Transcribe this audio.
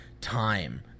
time